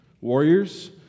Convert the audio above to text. warriors